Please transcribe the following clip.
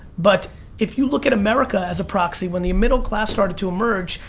but if you look at america as a proxy, when the middle class started to emerge,